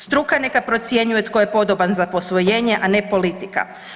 Struka neka procijenjuje tko je podoban za posvojenje, a ne politika.